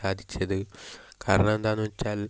സാധിച്ചത് കാരണമെന്താന്ന് വെച്ചാൽ